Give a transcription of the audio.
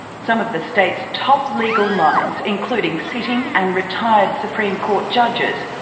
some of the state's top legal minds, including sitting and retired supreme court judges,